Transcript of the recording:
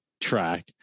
track